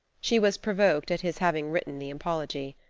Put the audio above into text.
she was provoked at his having written the apology.